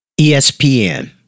ESPN